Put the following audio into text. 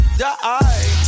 die